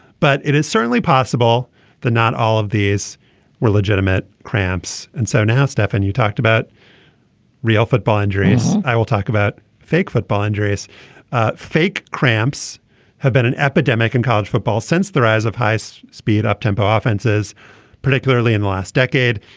but it is certainly possible that not all of these were legitimate cramps and so now stefan and you talked about real football injuries. i will talk about fake football injuries fake cramps have been an epidemic in college football since the rise of high so speed up tempo offenses particularly in the last decade.